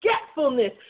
forgetfulness